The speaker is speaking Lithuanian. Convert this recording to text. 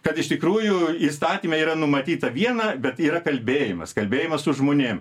kad iš tikrųjų įstatyme yra numatyta viena bet yra kalbėjimas kalbėjimas su žmonėm